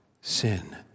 sin